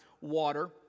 water